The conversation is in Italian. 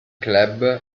club